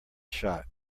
shot